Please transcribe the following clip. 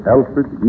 Alfred